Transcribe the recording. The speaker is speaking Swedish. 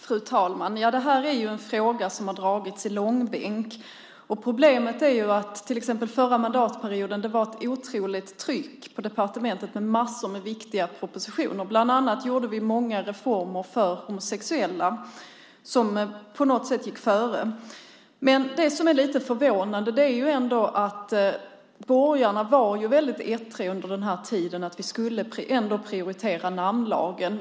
Fru talman! Det här är en fråga som har dragits i långbänk. Problemet är att det under den förra mandatperioden var ett otroligt tryck på departementet med massor av viktiga propositioner. Bland annat genomfördes många reformer för homosexuella, och det gick på något sätt före. Det som är lite förvånande är att borgarna var väldigt ettriga under den tiden och ville att vi ändå skulle prioritera namnlagen.